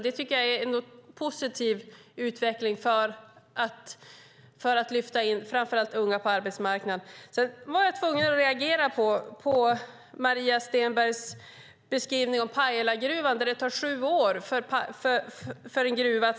Det tycker jag är en positiv utveckling för att lyfta in framför allt unga på arbetsmarknaden. Jag var tvungen att reagera på Maria Stenbergs beskrivning av Pajalagruvan. Det tar sju år att starta en gruva.